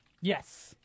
Yes